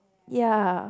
ya